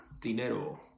dinero